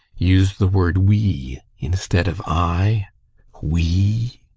use the word we instead of i we!